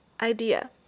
idea